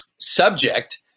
subject